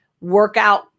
workout